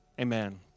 amen